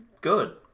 good